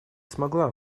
смогла